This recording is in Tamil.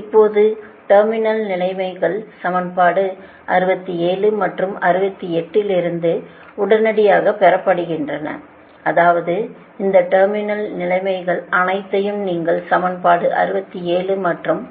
இப்போது டெர்மினல் நிலைமைகள் சமன்பாடு 67 மற்றும் 68 இலிருந்து உடனடியாக பெறப்படுகின்றன அதாவது இந்த டெர்மினல் நிலைமைகள் அனைத்தையும் நீங்கள் சமன்பாடு 67 மற்றும்